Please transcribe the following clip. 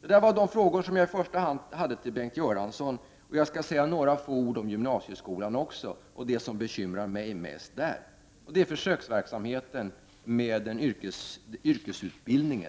Dessa var de frågor jag i första hand hade att ställa till Bengt Göransson. Jag skall nu också säga några ord om gymnasieskolan och om det som bekymrar mig mest i fråga om den, nämligen försöksverksamheten med yrkesutbildning.